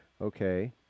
Okay